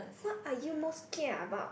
what are you most scared about